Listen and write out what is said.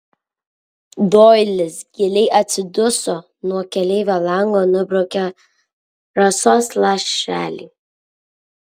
doilis giliai atsiduso nuo keleivio lango nubraukė rasos lašelį